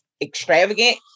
extravagant